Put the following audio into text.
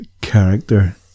character